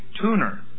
tuner